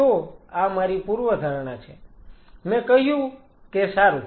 તો આ મારી પૂર્વધારણા છે મેં કહ્યું કે સારું